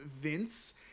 Vince